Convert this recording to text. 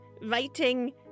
writing